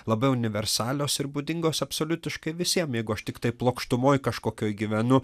labiau universalios ir būdingos absoliutiškai visiem jeigu aš tiktai plokštumoj kažkokioj gyvenu